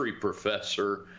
professor